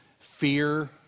Fear